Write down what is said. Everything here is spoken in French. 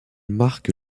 marque